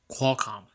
Qualcomm